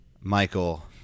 Michael